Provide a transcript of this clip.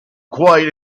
quite